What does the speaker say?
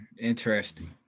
Interesting